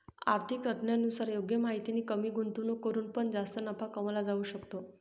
आर्थिक तज्ञांनुसार योग्य माहितीने कमी गुंतवणूक करून पण जास्त नफा कमवला जाऊ शकतो